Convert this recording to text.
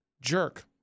Jerk